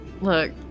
Look